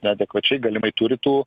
neadekvačiai galimai turi tų